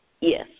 Yes